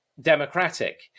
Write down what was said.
democratic